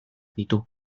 ditu